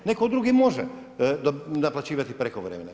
Netko drugi može naplaćivati prekovremene.